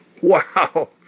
wow